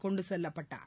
கொண்டு செல்லப்பட்டார்